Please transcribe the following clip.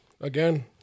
again